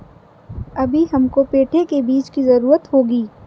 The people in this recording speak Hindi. अभी हमको पेठे के बीज की जरूरत होगी